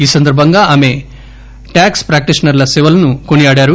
ఈ సందర్బంగా ఆమె ట్యాక్స్ ప్రాక్షీషనర్ల సేవలను కొనియాడారు